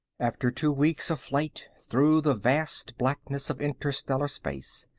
after two weeks of flight through the vast blackness of interstellar space,